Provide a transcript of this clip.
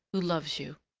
who loves you.